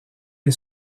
est